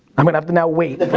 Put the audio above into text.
i'm gonna have to now wait.